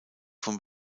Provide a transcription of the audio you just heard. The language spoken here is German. vom